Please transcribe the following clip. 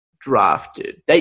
drafted